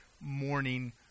morning